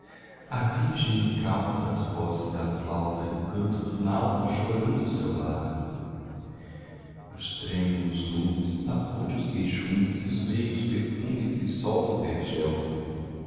a virgem incauta as vozes da flauta e o canto do nauta chorando o seu lar os trêmulos lumes da fonte os queixumes e os meigos perfumes que solta o vergel